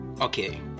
Okay